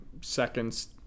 seconds